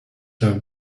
have